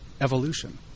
evolution